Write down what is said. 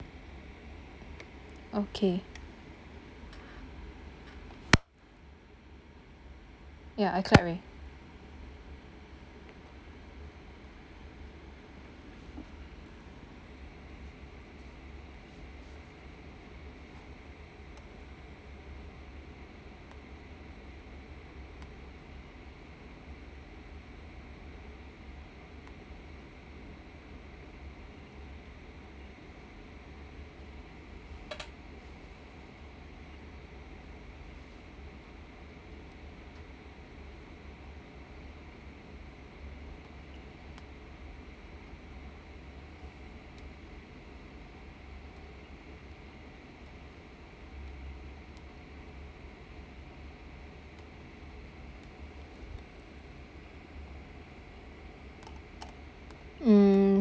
okay ya I clap already um